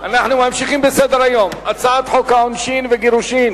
להסיר מסדר-היום את הצעת חוק לאיסור קריאת שמות מקומות